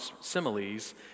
similes